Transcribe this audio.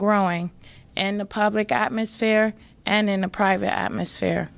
growing in the public atmosphere and in a private atmosphere